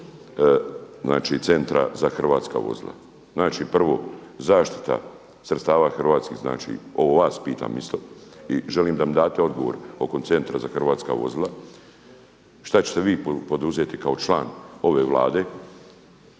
znači Centra za hrvatska vozila. Znači prvo zaštita sredstava hrvatskih, znači, ovo vas pitam isto i želim da mi date odgovor oko Centra za hrvatska vozila, šta ćete vi poduzeti kao član ove Vlade